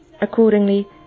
Accordingly